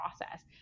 process